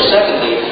Secondly